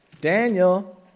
Daniel